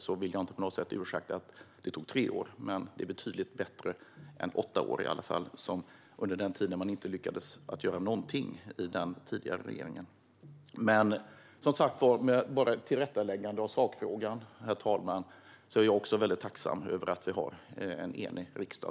Jag vill inte på något sätt ursäkta att det tog tre år, men det är i alla fall betydligt bättre än de åtta år under vilka den tidigare regeringen inte lyckades göra någonting. Jag ville som sagt bara göra ett tillrättaläggande i sakfrågan, herr talman. Jag är också väldigt tacksam över att vi har en enig riksdag.